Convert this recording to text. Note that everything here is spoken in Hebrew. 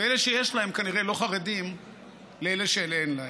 ואלה שיש להם כנראה לא חרדים לאלה שאין להם.